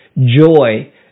joy